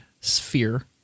sphere